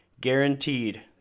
Guaranteed